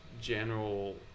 general